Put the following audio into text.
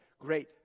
Great